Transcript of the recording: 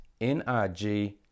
NRG